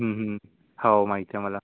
हम्म हम्म होव माहितीय मला